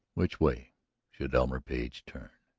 which way should elmer page turn?